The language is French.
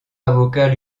avocat